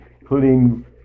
including